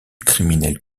criminel